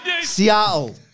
Seattle